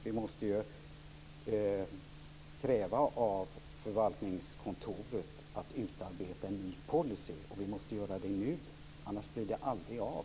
Vi måste kräva av förvaltningskontoret att de utarbetar en ny policy och vi måste göra det nu. Annars blir det aldrig av.